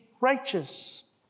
righteous